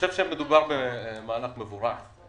מדובר במהלך מבורך,